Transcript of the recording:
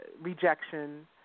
rejection